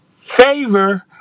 favor